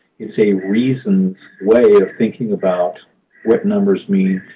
it's a reasoned way of thinking about what numbers mean.